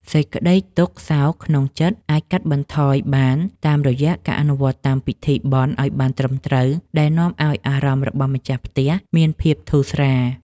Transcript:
សេចក្តីទុក្ខសោកក្នុងចិត្តអាចកាត់បន្ថយបានតាមរយៈការអនុវត្តតាមពិធីបុណ្យឱ្យបានត្រឹមត្រូវដែលនាំឱ្យអារម្មណ៍របស់ម្ចាស់ផ្ទះមានភាពធូរស្រាល។